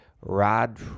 Rod